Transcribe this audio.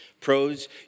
Pros